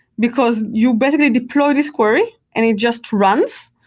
because you basically deploy this query and it just runs,